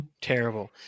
Terrible